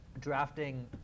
drafting